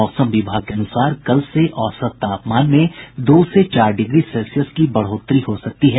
मौसम विभाग के अनुसार कल से औसत तापमान में दो से चार डिग्री सेल्सियस की बढोतरी हो सकती है